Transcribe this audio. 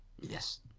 Yes